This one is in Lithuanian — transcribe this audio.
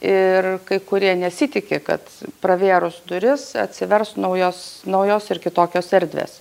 ir kai kurie nesitiki kad pravėrus duris atsivers naujos naujos ir kitokios erdvės